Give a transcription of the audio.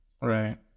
Right